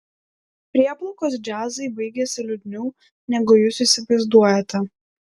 prieplaukos džiazai baigiasi liūdniau negu jūs įsivaizduojate